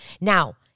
Now